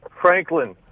Franklin